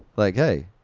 like, hey,